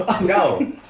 No